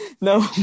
no